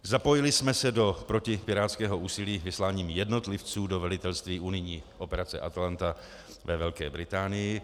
Zapojili jsme se do protipirátského úsilí vysláním jednotlivců do velitelství unijní operace ATALANTA ve Velké Británii.